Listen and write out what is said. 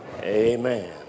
Amen